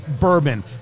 bourbon